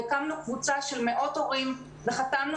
הקמנו קבוצה של מאות הורים ולמעלה